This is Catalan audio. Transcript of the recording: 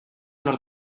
nord